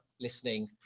listening